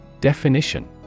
Definition